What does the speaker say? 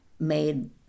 Made